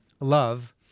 love